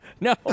No